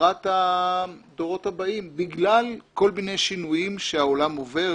לקראת הדורות הבאים בגלל כל מיני שינויים שהעולם עובר.